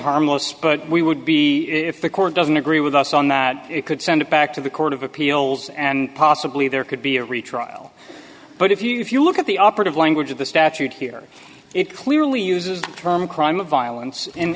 harmless but we would be if the court doesn't agree with us on that it could send it back to the court of appeals and possibly there could be a retrial but if you if you look at the operative language of the statute here it clearly uses the term crime of violence in